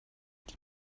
die